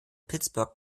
pittsburgh